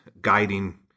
guiding